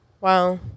Wow